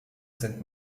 sind